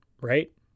right